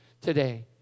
today